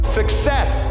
success